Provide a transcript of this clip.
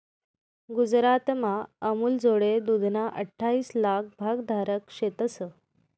गुजरातमा अमूलजोडे दूधना अठ्ठाईस लाक भागधारक शेतंस